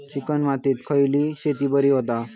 Chicken मातीत खयली शेती बरी होता?